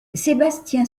sébastien